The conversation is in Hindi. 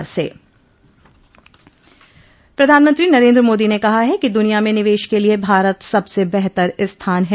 प्रधानमंत्री नरेन्द्र मोदी ने कहा है कि दुनिया में निवेश के लिये भारत सबसे बेहतर स्थान है